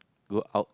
go out